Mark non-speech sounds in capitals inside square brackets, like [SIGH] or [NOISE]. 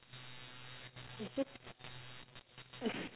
it's just [LAUGHS]